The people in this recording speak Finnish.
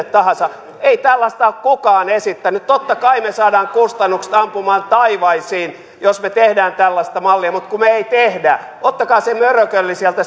tahansa ei tällaista ole kukaan esittänyt totta kai me saamme kustannukset ampumaan taivaisiin jos me teemme tällaista mallia mutta kun me emme tee ottakaa se mörökölli sieltä